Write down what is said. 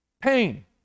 pain